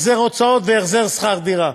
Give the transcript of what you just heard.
החזר הוצאות והחזר שכר דירה.